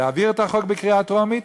להעביר את החוק בקריאה טרומית,